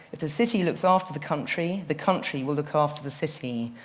if the city looks after the country, the country will look ah after the city.